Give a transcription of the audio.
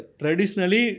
traditionally